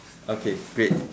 okay great